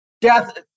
death